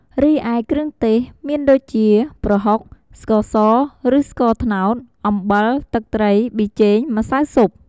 រីឯ គ្រឿងទេស មានដូចជា ប្រហុក ស្ករស ឬស្ករត្នោត អំបិល ទឹកត្រី ប៊ីចេង ម្សៅស៊ុប។